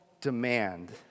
demand